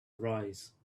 arise